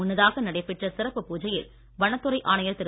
முன்னதாக நடைபெற்ற சிறப்பு பூஜையில் வனத்துறை ஆணையர் திரு